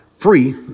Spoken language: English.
free